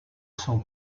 son